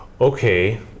Okay